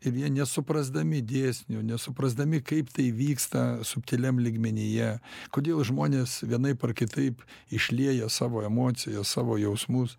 ir jie nesuprasdami dėsnių nesuprasdami kaip tai vyksta subtiliam lygmenyje kodėl žmonės vienaip ar kitaip išlieja savo emocijas savo jausmus